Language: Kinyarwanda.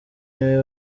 niwe